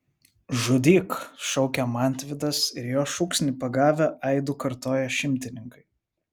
žudyk šaukia mantvydas ir jo šūksnį pagavę aidu kartoja šimtininkai